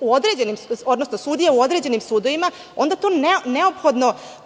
preopterećenost sudija u određenim sudovima, onda to